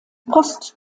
post